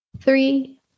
three